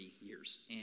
years